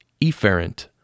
efferent